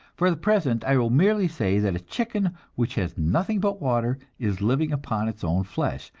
for the present i will merely say that a chicken which has nothing but water is living upon its own flesh,